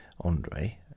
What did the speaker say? Andre